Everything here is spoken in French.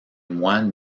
moines